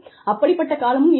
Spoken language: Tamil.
அப்படிப்பட்ட காலமும் இருந்தது